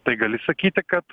tai gali sakyti kad